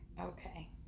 Okay